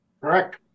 Correct